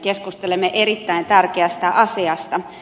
keskustelemme erittäin tärkeästä asiasta